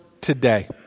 today